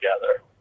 together